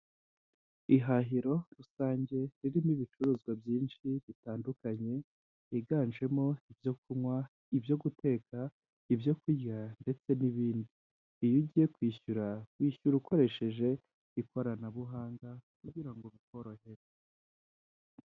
Ihahiro rusange ririmo ibicuruzwa byinshi bitandukanye higanjemo ibyo kunywa, ibyo guteka, ibyo kurya ndetse n'ibindi, iyo ugiye kwishyura wishyura ukoresheje ikoranabuhanga kugira ngo bikorohere.